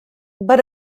but